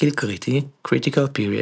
גיל קריטי Critical Period